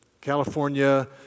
California